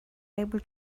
able